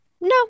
no